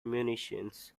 munitions